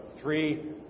Three